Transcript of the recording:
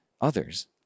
others